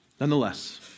Nonetheless